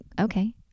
okay